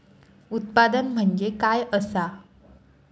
उत्पादन म्हणजे काय असा?